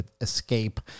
escape